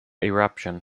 eruption